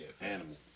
Animal